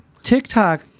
TikTok